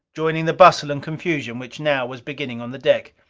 joining the bustle and confusion which now was beginning on the deck.